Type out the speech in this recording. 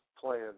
plan